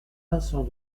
vincent